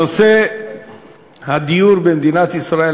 נושא הדיור במדינת ישראל,